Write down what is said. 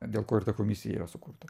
dėl ko ir ta komisija yra sukurta